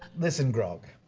listen, grog.